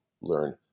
learn